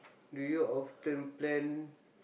do you often plan